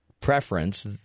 preference